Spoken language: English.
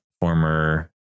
former